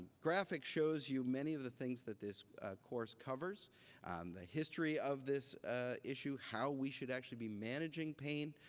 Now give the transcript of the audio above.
graphic shows you many of the things that this course covers the history of this issue, how we should actually be managing pain,